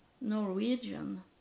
Norwegian